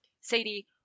Sadie